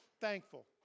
thankful